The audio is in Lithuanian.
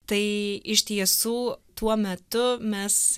tai iš tiesų tuo metu mes